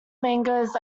mangoes